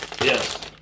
Yes